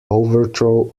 overthrow